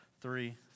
three